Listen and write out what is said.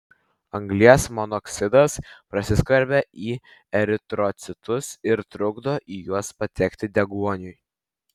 anglies monoksidas prasiskverbia į eritrocitus ir trukdo į juos patekti deguoniui